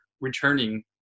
returning